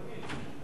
אדוני,